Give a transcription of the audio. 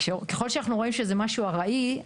ככל שאנחנו רואים שזה משהו ארעי,